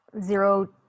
zero